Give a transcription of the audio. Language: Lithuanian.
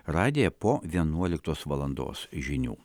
radiją po vienuoliktos valandos žinių